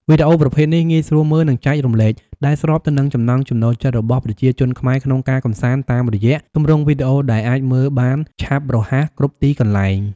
វីដេអូប្រភេទនេះងាយស្រួលមើល និងចែករំលែក ដែលស្របទៅនឹងចំណង់ចំណូលចិត្តរបស់ប្រជាជនខ្មែរក្នុងការកម្សាន្តតាមរយៈទម្រង់វីដេអូដែលអាចមើលបានឆាប់រហ័សគ្រប់ទីកន្លែង។